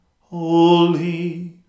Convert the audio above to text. holy